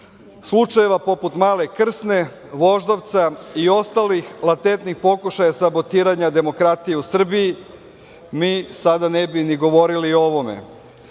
slučajeva poput Male Krsne, Voždovca i ostalih latentnih pokušaja sabotiranja demokratije u Srbiji, mi sada ne bi ni govorili o